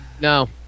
No